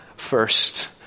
First